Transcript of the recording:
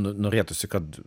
nu norėtųsi kad